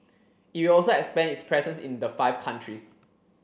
it will also expand its presence in the five countries